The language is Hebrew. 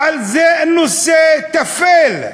זה נושא טפל,